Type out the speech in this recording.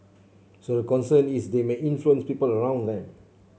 so the concern is they may influence people around them